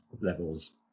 levels